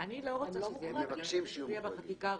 אני רוצה שזה יהיה בחקיקה ראשית.